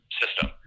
system